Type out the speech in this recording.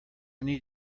need